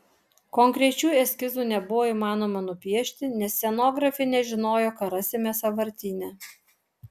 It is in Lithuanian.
konkrečių eskizų nebuvo įmanoma nupiešti nes scenografė nežinojo ką rasime sąvartyne